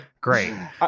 great